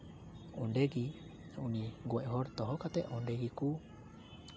ᱚᱸᱰᱮᱜᱮ ᱩᱱᱤ ᱜᱚᱡ ᱦᱚᱲ ᱫᱚᱦᱚ ᱠᱟᱛᱮᱫ ᱚᱸᱰᱮ ᱜᱮᱠᱚ